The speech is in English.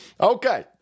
Okay